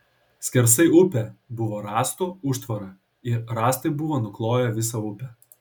skersai upę buvo rąstų užtvara ir rąstai buvo nukloję visą upę